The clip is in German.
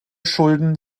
schulden